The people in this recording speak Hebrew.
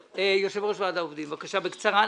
יושב-ראש ועד העובדים, בבקשה, בקצרה.